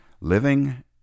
living